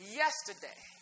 yesterday